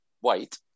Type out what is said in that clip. white